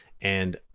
And-